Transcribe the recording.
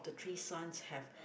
the three sons have